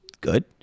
Good